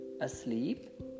asleep